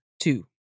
two